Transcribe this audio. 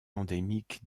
endémiques